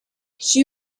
she